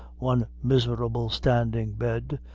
one miserable standing bed,